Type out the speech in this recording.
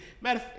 matter